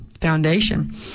foundation